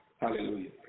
Hallelujah